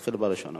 נתחיל בראשונה.